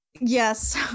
Yes